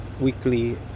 weekly